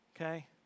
Okay